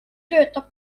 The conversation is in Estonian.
töötab